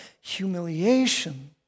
humiliation